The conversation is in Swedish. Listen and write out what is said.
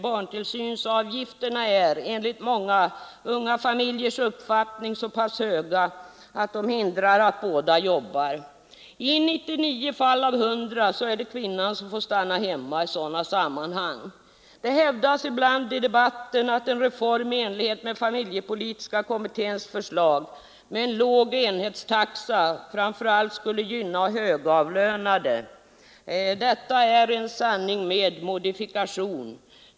Barntillsynsavgifterna är enligt många unga familjers uppfattning så pass höga att de hindrar att båda jobbar. I 99 fall av 100 är det då kvinnan som får stanna hemma. Det hävdas ibland i debatten att en reform i enlighet med familjepolitiska kommitténs förslag — en låg enhetstaxa — framför allt skulle gynna högavlönade. Detta är en sanning med modifikation.